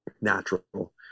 natural